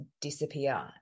disappear